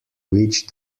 which